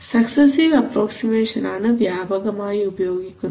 successive approximation ആണ് വ്യാപകമായി ഉപയോഗിക്കുന്നത്